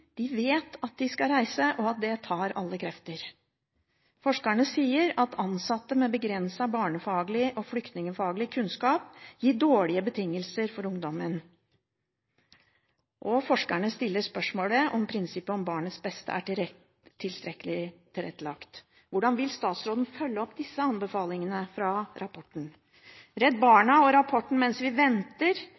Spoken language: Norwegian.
de vet at de skal reise. Det tar alle krefter. Forskerne sier at ansatte med begrenset barnefaglig og flyktningfaglig kunnskap gir ungdommene dårlige betingelser. Forskerne stiller spørsmålet om det er tilstrekkelig tilrettelagt for prinsippet om barnets beste. Hvordan vil statsråden følge opp disse anbefalingene fra rapporten? Redd Barnas bok «Mens vi venter»